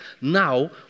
Now